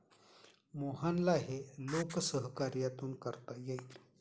मोहनला हे लोकसहकार्यातून करता येईल